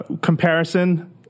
Comparison